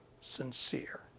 sincere